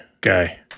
guy